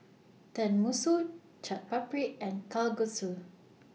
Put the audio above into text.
Tenmusu Chaat Papri and Kalguksu